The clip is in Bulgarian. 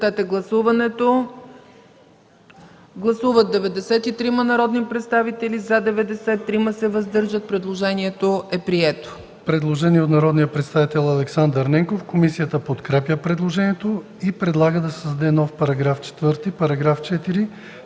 Предложението е прието.